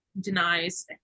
denies